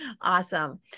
Awesome